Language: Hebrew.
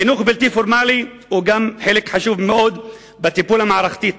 חינוך בלתי פורמלי גם הוא חלק חשוב מאוד בטיפול המערכתי.